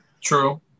True